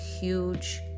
huge